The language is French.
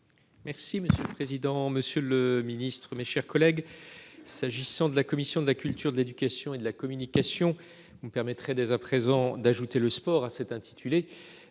Merci monsieur le président, Monsieur le Ministre, mes chers collègues. S'agissant de la commission de la culture de l'éducation et de la communication. Vous me permettrez dès à présent d'ajouter le sport à cet intitulé,